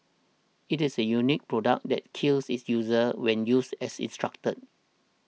it is a unique product that kills its user when used as instructed